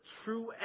true